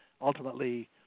ultimately